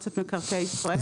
מועצת מקרקעי ישראל,